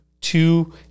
two